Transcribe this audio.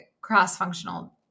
cross-functional